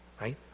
right